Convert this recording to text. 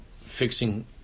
fixing